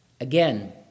Again